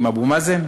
עם אבו מאזן?